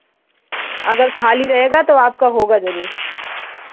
अगर खाली रहेगा तो आपका होगा ज़रूर